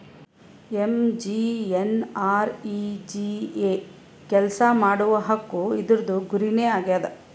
MGNREGA ಕೆಲ್ಸಾ ಮಾಡುವ ಹಕ್ಕು ಇದೂರ್ದು ಗುರಿ ನೇ ಆಗ್ಯದ